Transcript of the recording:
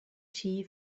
tea